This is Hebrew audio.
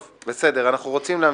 טוב, בסדר, אנחנו רוצים להמשיך.